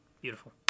Beautiful